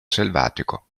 selvatico